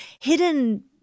hidden